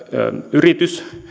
yritys